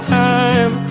time